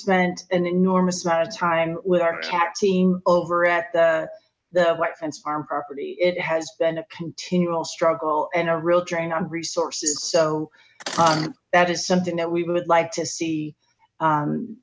spent an enormous amount of time with our cat team over at the white fence farm property it has been continual struggle and a real drain on resources so that is something that we would like to